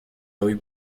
hoy